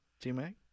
T-Mac